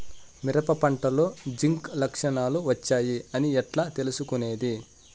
మిరప పంటలో జింక్ లక్షణాలు వచ్చాయి అని ఎట్లా తెలుసుకొనేది?